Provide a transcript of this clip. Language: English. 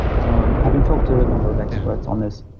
um having talked to a number of experts on this.